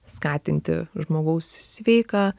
skatinti žmogaus sveiką